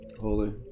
holy